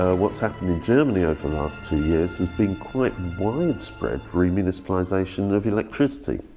ah what's happening in germany over the last two years. is being quite and widespread remunicipalization of electricity.